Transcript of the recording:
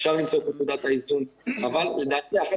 אפשר למצוא את נקודת האיזון אבל לדעתי אחת